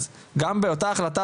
אז גם באותה ההחלטה,